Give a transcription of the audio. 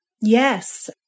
Yes